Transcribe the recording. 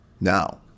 Now